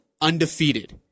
undefeated